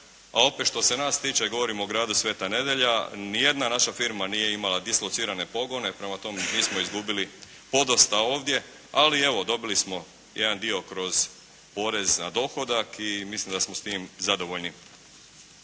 a opet što se nas tiče, govorim o gradu Sveta Nedelja ni jedna naša firma nije imala dislocirane pogone, prema tome … izgubili podosta ovdje, ali evo dobili smo jedan dio kroz porez na dohodak i mislim da smo s tim zadovoljni.